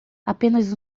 apenas